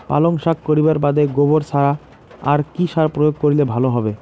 পালং শাক করিবার বাদে গোবর ছাড়া আর কি সার প্রয়োগ করিলে ভালো হবে?